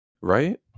Right